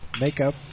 makeup